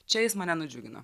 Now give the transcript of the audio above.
čia jis mane nudžiugino